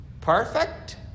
perfect